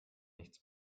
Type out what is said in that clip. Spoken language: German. nichts